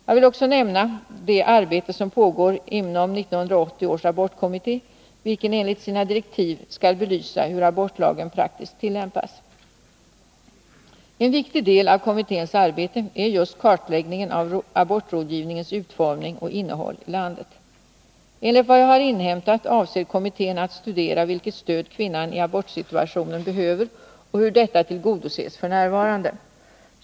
Jag vill också nämna det arbete som pågår inom 1980 års abortkommitté, vilken enligt sina direktiv skall belysa hur abortlagen praktiskt tillämpas. En viktig del av kommitténs arbete är just kartläggningen av abortrådgivningens utformning och innehåll i landet. Enligt vad jag har inhämtat avser kommittén att studera vilket stöd kvinnan i abortsituationen behöver och hur detta tillgodoses f.n.